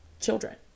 children